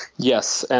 yes. and